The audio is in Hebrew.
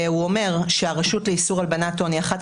הוא אומר שהרשות לאיסור הלבנת הון היא אחת